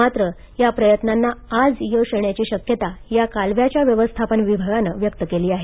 मात्र या प्रयत्नांना आज यश येण्याची शक्यता या कालव्याच्या व्यवस्थापन विभागानं व्यक्त केली आहे